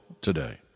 today